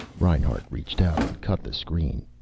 reinhart reached out and cut the screen.